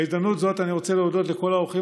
בהזדמנות זו אני רוצה להודות לכל האורחים